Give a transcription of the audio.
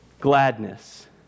Gladness